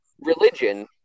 religion